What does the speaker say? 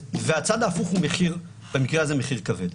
והצד ההפוך במקרה הזה הוא מחיר כבד.